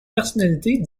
personnalités